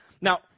Now